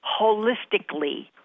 holistically